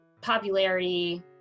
popularity